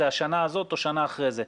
זה השנה הזאת או שנה אחר כך.